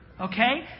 okay